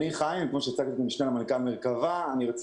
מרכבה היא